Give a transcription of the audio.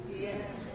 Yes